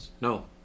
no